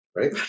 Right